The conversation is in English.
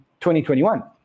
2021